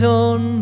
own